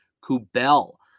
Kubel